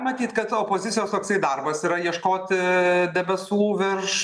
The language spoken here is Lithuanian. matyt kad opozicijos toksai darbas yra ieškoti debesų virš